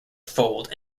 fold